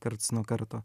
karts nuo karto